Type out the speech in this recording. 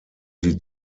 sie